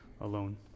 alone